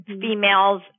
females